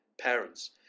Parents